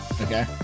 okay